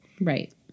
Right